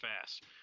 fast